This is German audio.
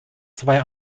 zwei